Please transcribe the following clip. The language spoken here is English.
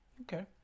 Okay